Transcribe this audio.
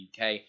UK